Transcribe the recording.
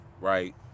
right